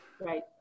right